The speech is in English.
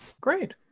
Great